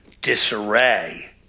disarray